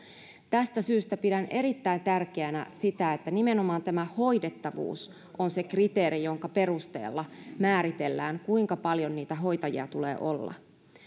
tästä syystä pidän erittäin tärkeänä sitä että nimenomaan tämä hoidettavuus on se kriteeri jonka perusteella määritellään kuinka paljon niitä hoitajia tulee olla